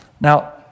Now